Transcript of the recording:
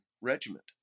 Regiment